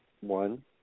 One